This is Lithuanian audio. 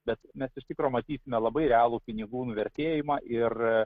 bet mes iš tikro matysime labai realų pinigų nuvertėjimą ir